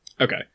Okay